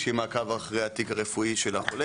שיהיה מעקב אחרי התיק הרפואי של החולה,